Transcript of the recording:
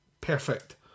perfect